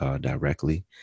directly